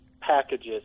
packages